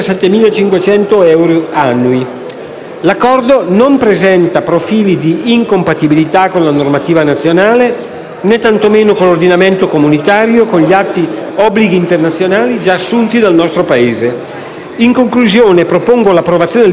L'Accordo non presenta profili di incompatibilità con la normativa nazionale, né con l'ordinamento comunitario e con gli altri obblighi internazionali già assunti dal nostro Paese. In conclusione, propongo l'approvazione del disegno di legge da parte dell'Assemblea.